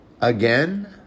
again